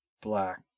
black